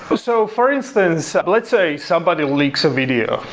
for so for instance, let's say, somebody leaks a video,